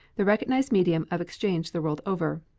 the recognized medium of exchange the world over.